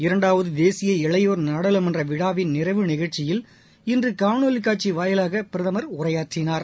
இரணட்ாவது தேசிய இளையோர் நாடாளுமன்ற விழாவின் நிறைவு நிகழ்ச்சியில் இன்று னணொலி காட்சி வாயிலாக பிரதமர் உரையாற்றினார்